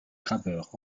graveur